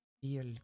feel